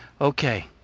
Okay